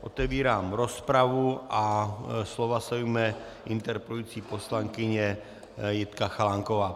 Otevírám rozpravu a slova se ujme interpelující poslankyně Jitka Chalánková.